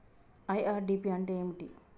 IRDP అంటే ఏమిటి?